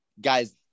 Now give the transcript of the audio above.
guys